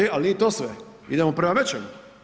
E, ali nije to sve, idemo prema većem.